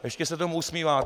Ještě se tomu usmíváte!